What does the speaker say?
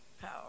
power